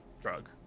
drug